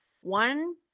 one